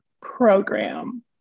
program